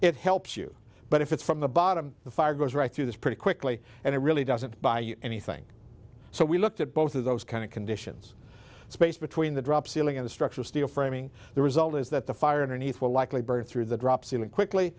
it helps you but if it's from the bottom the fire goes right through this pretty quickly and it really doesn't buy you anything so we looked at both of those kind of conditions space between the drop ceiling and the structural steel framing the result is that the fire underneath will likely burn through the drop ceiling quickly